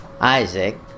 Isaac